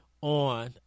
on